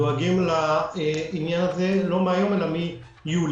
דואגים לעניין הזה לא מהיום אלא מיולי.